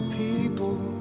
people